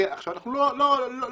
אנחנו לא תמימים.